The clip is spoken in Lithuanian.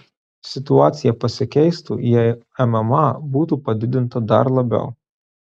situacija pasikeistų jei mma būtų padidinta dar labiau